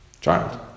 child